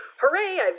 hooray